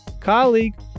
colleague